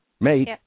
mate